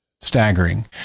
staggering